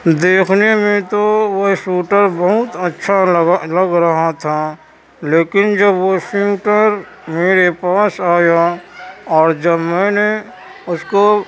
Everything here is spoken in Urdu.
دیکھنے میں تو وہ سوٹر بہت اچھا لگا لگ رہا تھا لیکن جب وہ سوٹر میرے پاس آیا اور جب میں نے اس کو